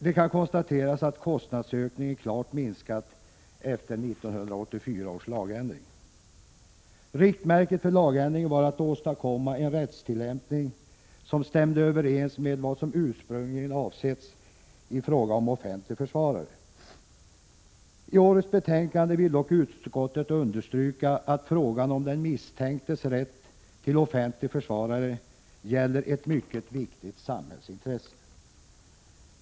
Det kan konstateras att kostnadsökningen klart minskat efter 1984 års lagändring. Riktmärket för lagändringen var att åstadkomma en rättstillämpning som stämde överens med vad som ursprungligen avsetts i fråga om offentlig försvarare. I årets betänkande vill dock utskottet understryka att frågan om den misstänktes rätt till offentlig försvarare gäller ett mycket viktigt samhällsintresse.